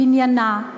בניינה,